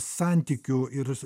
santykių ir